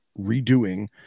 redoing